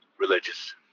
religious